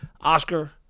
Oscar